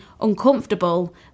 uncomfortable